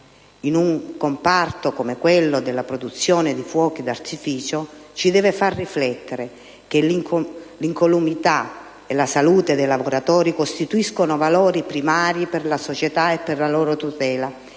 in un comparto come quello della produzione dei fuochi di artificio ci deve far riflettere sul fatto che l'incolumità e la salute dei lavoratori costituiscono valori primari per la società, e la loro tutela